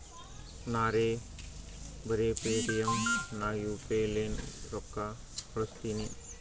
ನಾರೇ ಬರೆ ಪೇಟಿಎಂ ನಾಗ್ ಯು ಪಿ ಐ ಲೇನೆ ರೊಕ್ಕಾ ಕಳುಸ್ತನಿ